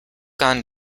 gone